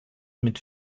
mit